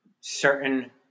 certain